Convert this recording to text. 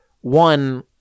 one